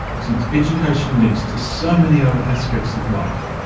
since education links to so many other aspects of life,